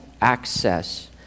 access